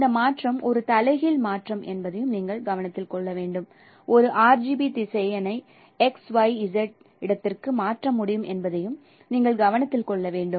இந்த மாற்றம் ஒரு தலைகீழ் மாற்றம் என்பதையும் நீங்கள் ஒரு RGB திசையனை XYZ இடத்திற்கு மாற்ற முடியும் என்பதையும் நீங்கள் கவனத்தில் கொள்ள வேண்டும்